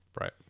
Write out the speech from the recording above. Right